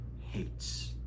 hates